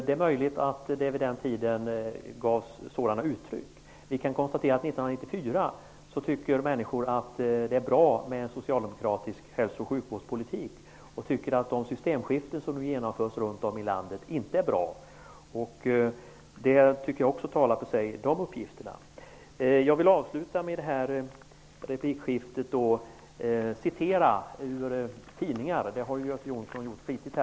Det är möjligt att det vid den tiden gavs sådana uttryck. Men vi kan konstatera att människor 1994 tycker att en socialdemokratisk hälso och sjukvårdspolitik är bra och att de systemskiften som nu genomförs runt om i landet inte är bra. Dessa uppgifter tycker jag talar för sig. Jag vill avsluta det här replikskiftet med att citera ur en tidning. Det har ju Göte Jonsson gjort flitigt.